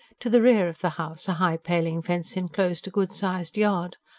to the rear of the house a high paling-fence enclosed a good-sized yard.